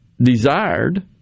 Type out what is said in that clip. desired